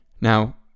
Now